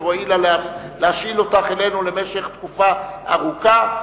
אשר הואילה להשאיל אותך לנו למשך תקופה ארוכה.